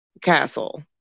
castle